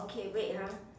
okay wait ah